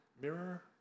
Mirror